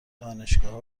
دانشگاهها